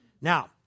Now